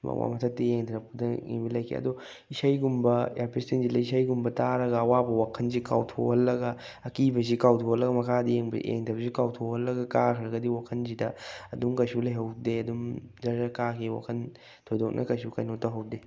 ꯌꯨꯝ ꯑꯋꯥꯡꯕ ꯃꯊꯛꯇꯒꯤ ꯌꯦꯡꯊꯔꯛꯄꯗ ꯀꯤꯕ ꯂꯩꯈꯤ ꯑꯗꯣ ꯏꯁꯩꯒꯨꯝꯕ ꯏꯌꯥꯔꯄꯤꯁ ꯊꯤꯟꯖꯤꯜꯂꯒ ꯏꯁꯩꯒꯨꯝꯕ ꯇꯥꯔꯒ ꯑꯋꯥꯕ ꯋꯥꯈꯜꯁꯤ ꯀꯥꯎꯊꯣꯛꯍꯜꯂꯒ ꯑꯀꯤꯕꯁꯤ ꯀꯥꯎꯊꯣꯛꯍꯜꯂꯒ ꯃꯈꯥꯗ ꯌꯦꯡꯊꯕꯁꯤ ꯀꯥꯎꯊꯣꯛꯍꯜꯂꯒ ꯀꯥꯈ꯭ꯔꯒꯗꯤ ꯋꯥꯈꯜꯁꯤꯗ ꯑꯗꯨꯝ ꯀꯩꯁꯨ ꯂꯩꯍꯧꯗꯦ ꯑꯗꯨꯝ ꯖ꯭ꯔ ꯖ꯭ꯔ ꯀꯥꯈꯤ ꯋꯥꯈꯜ ꯊꯣꯏꯗꯣꯛꯅ ꯀꯩꯁꯨ ꯈꯟꯕ ꯇꯧꯍꯧꯗꯦ